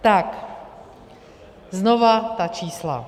Tak znovu ta čísla.